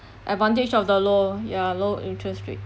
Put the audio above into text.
advantage of the low ya low interest rate